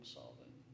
solving